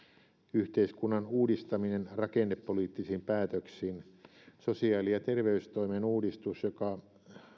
yhteiskunnan uudistaminen rakennepoliittisin päätöksin sosiaali ja terveystoimen uudistus joka